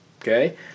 Okay